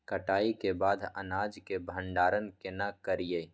कटाई के बाद अनाज के भंडारण केना करियै?